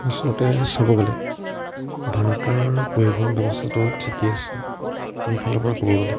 আচলতে চাব গ'লে ভাৰতৰ পৰিবহন ব্যৱস্থাটো ঠিকে আছে মোৰ ফালৰ পৰা ক'ব গ'লে